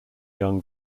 young